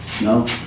No